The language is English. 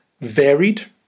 varied